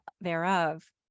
thereof